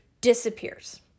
disappears